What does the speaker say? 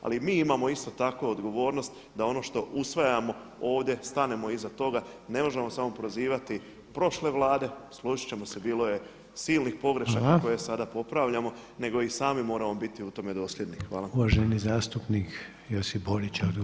Ali mi imamo isto tako odgovornost da ono što usvajamo ovdje stanemo iza toga, ne možemo samo prozivati prošle Vlade, složiti ćemo se, bilo je silnih pogrešaka koje sada popravljamo nego i sami moramo biti u tome dosljedni.